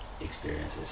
experiences